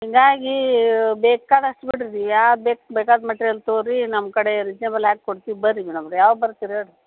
ಹೀಗಾಗಿ ಬೇಕ್ಕಾದಷ್ಟು ಯಾವ್ದು ಬೇಕು ಬೇಕಾದ ಮೆಟಿರಿಯಲ್ ತಗೋರಿ ನಮ್ಮ ಕಡೆ ರಿಜ್ನೆಬಲ್ ಹಾಕೊಡ್ತೀವಿ ಬನ್ರಿ ಮೇಡಮ್ ಅವರೇ ಯಾವಾಗ ಬರ್ತೀರಿ ಹೇಳಿರಿ